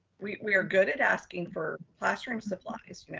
we we are good at asking for classroom supplies. you know